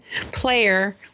player